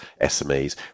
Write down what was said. SMEs